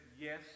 yes